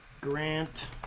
grant